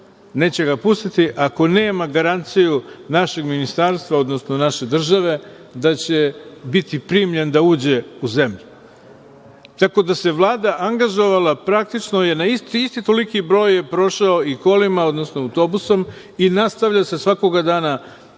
neće ga pustiti, ako nema garanciju našeg ministarstva, odnosno naše države da će biti primljen da uđe u zemlju. Tako da, Vlada se angažovala, praktično je isti toliki broj prošao i kolima, odnosno autobusom i nastavlja se svakog dana ta